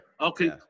Okay